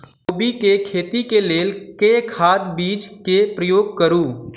कोबी केँ खेती केँ लेल केँ खाद, बीज केँ प्रयोग करू?